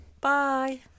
Bye